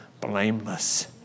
blameless